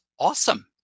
awesome